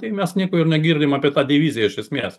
tai mes nieko ir negirdim apie tą diviziją iš esmės